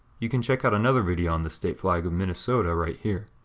you can check out another video on the state flag of minnesota right here.